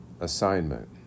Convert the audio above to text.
assignment